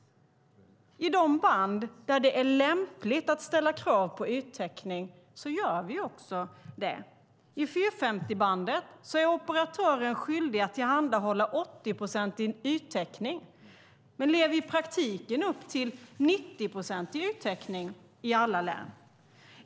I de band där det är lämpligt att ställa krav på yttäckning gör vi också det. I 450-bandet är operatören skyldig att tillhandahålla 80-procentig yttäckning men lever i praktiken upp till 90-procentig yttäckning i alla län.